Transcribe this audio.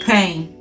Pain